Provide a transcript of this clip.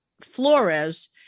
Flores